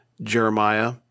Jeremiah